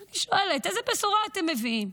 ואני שואלת, איזו בשורה אתם מביאים?